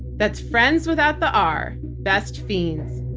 that's friends without the r, best fiends.